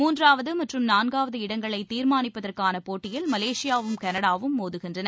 மூன்றாவது மற்றும் நான்காவது இடங்களை தீர்மானிப்பதற்கான போட்டியில் மலேசியாவும் கனடாவும் மோதுகின்றன